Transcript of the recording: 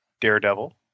daredevil